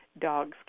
dogs